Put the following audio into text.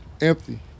Empty